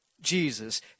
Jesus